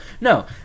No